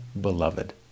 beloved